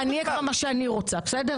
אני אגיד לך מה שאני רוצה בסדר?